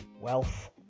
wealth